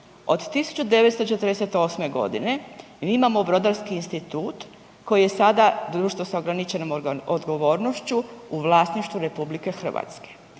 Od 1948. godine mi imamo Brodarski institut koji je sada društvo sa ograničenom odgovornošću u vlasništvu Republike Hrvatske.